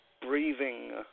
breathing